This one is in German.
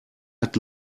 hat